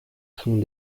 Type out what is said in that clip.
sont